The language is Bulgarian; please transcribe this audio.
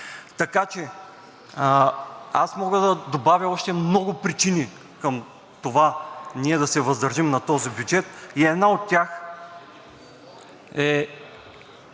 Така че аз мога да добавя още много причини към това ние да се въздържим на този бюджет. Една от тях е